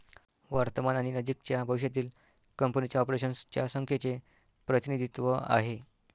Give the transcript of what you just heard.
वर्तमान आणि नजीकच्या भविष्यातील कंपनीच्या ऑपरेशन्स च्या संख्येचे प्रतिनिधित्व आहे